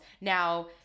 Now